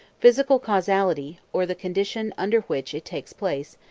physical causality, or the condition under which it takes place,